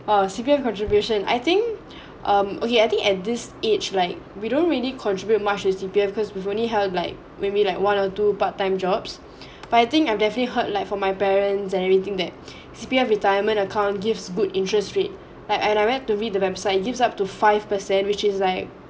err C_P_F contribution I think um okay I think at this age like we don't really contribute much to C_P_F because we've only held like maybe like one or two part time jobs but I think I've definitely heard like from my parents and everything that C_P_F retirement account gives good interest rate like and I went to read the website gives up to five per cent which is like